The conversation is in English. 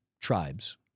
tribes